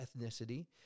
ethnicity